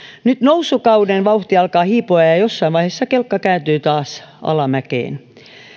nyt nousukauden vauhti alkaa hiipua ja ja jossain vaiheessa kelkka kääntyy taas alamäkeen